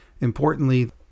Importantly